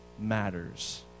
Matters